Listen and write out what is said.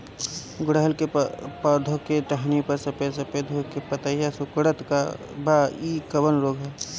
गुड़हल के पधौ के टहनियाँ पर सफेद सफेद हो के पतईया सुकुड़त बा इ कवन रोग ह?